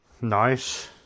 Nice